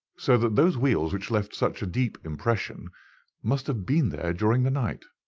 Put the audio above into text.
so that those wheels which left such a deep impression must have been there during the night.